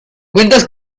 cuentas